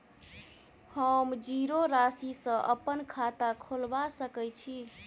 हम जीरो राशि सँ अप्पन खाता खोलबा सकै छी?